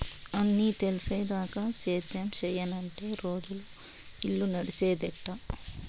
అన్నీ తెలిసేదాకా సేద్యం సెయ్యనంటే రోజులు, ఇల్లు నడిసేదెట్టా